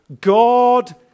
God